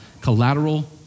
collateral